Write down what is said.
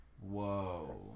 Whoa